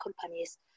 companies